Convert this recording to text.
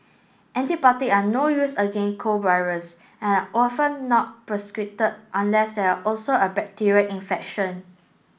antibiotic are no use against cold virus and are often not prescribed unless there are also a bacterial infection